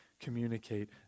communicate